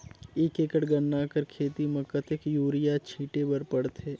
एक एकड़ गन्ना कर खेती म कतेक युरिया छिंटे बर पड़थे?